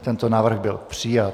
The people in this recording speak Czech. Tento návrh byl přijat.